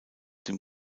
dem